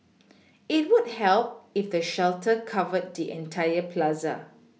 it would help if the shelter covered the entire Plaza